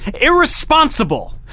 Irresponsible